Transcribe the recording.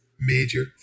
major